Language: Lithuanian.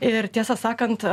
ir tiesą sakant